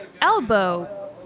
elbow